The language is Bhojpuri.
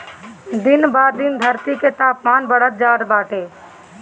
दिन ब दिन धरती के तापमान बढ़त जात बाटे